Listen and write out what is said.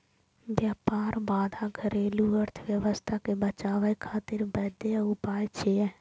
व्यापार बाधा घरेलू अर्थव्यवस्था कें बचाबै खातिर वैध उपाय छियै